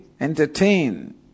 entertain